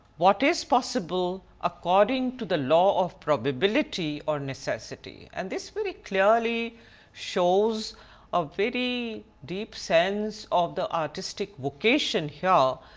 what is possible according to the law of probability or necessity. and this very clearly shows a very deep sense of the artistic vocation here,